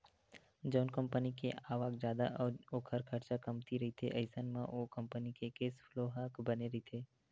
जउन कंपनी के आवक जादा अउ ओखर खरचा कमती रहिथे अइसन म ओ कंपनी के केस फ्लो ह बने रहिथे